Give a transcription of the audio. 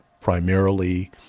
primarily